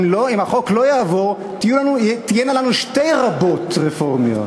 אם החוק לא יעבור, תהיינה לנו שתי רבות רפורמיות.